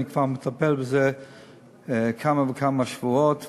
אני כבר מטפל בזה כמה וכמה שבועות,